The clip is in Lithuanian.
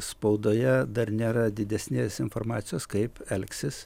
spaudoje dar nėra didesnės informacijos kaip elgsis